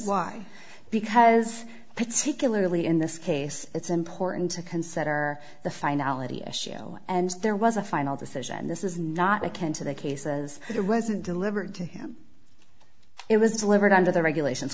why because particularly in this case it's important to consider the finality a show and there was a final decision and this is not a can to the cases it wasn't delivered to him it was delivered under the regulations